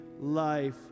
life